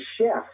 chef